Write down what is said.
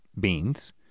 beans